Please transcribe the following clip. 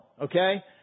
Okay